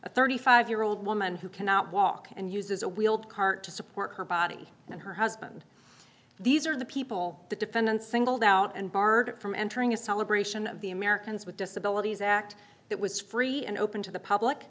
a thirty five year old woman who cannot walk and uses a wheeled cart to support her body and her husband these are the people the defendants singled out and barred from entering a celebration of the americans with disabilities act that was free and open to the public